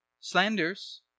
slanders